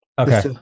okay